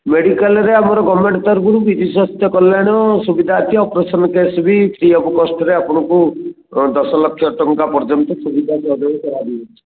ମେଡ଼ିକାଲ୍ରେ ଆମର ଗଭରମେଣ୍ଟ ତରଫରୁ ବିଜୁ ସ୍ୱାସ୍ଥ୍ୟ କଲ୍ୟାଣ ସୁବିଧା ଅଛି ଅପରେସନ୍ ଟେଷ୍ଟ ବି ଫ୍ରି ଅଫ୍ କଷ୍ଟରେ ଆପଣଙ୍କୁ ଦଶ ଲକ୍ଷ୍ୟ ଟଙ୍କା ପର୍ଯ୍ୟନ୍ତ ସୁବିଧା ଦିଆଯାଇ କରାଯିବ